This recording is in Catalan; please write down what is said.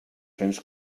cents